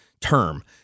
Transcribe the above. term